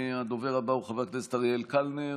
הדובר הבא הוא חבר הכנסת אריאל קלנר,